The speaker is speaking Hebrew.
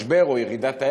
משבר או ירידת ערך,